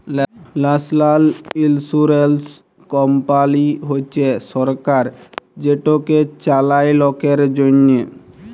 national ইলসুরেলস কমপালি হছে সরকার যেটকে চালায় লকের জ্যনহে